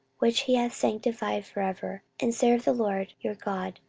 which he hath sanctified for ever and serve the lord your god,